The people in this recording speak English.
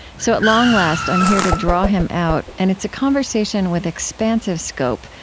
so at long last i'm here to draw him out and it's a conversation with expansive scope,